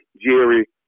Jerry